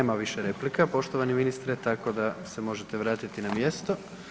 Nema više replike poštovani ministre tako da se možete vratiti na mjesto.